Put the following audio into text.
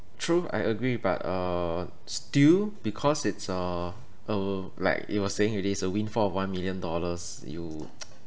true I agree but uh still because it's uh uh like you were saying already it's a windfall of one million dollars you